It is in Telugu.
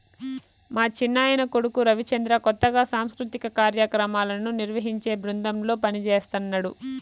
మా చిన్నాయన కొడుకు రవిచంద్ర కొత్తగా సాంస్కృతిక కార్యాక్రమాలను నిర్వహించే బృందంలో పనిజేస్తన్నడు